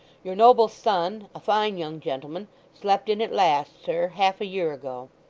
your noble son a fine young gentleman slept in it last, sir, half a year ago